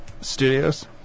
Studios